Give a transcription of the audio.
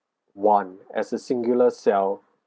one as a singular cell